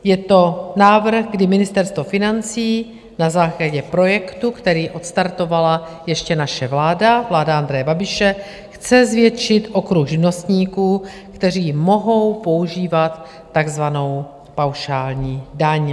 Je to návrh, kdy Ministerstvo financí na základě projektu, který odstartovala ještě naše vláda, vláda Andreje Babiše, chce zvětšit okruh živnostníků, kteří mohou používat takzvanou paušální daň.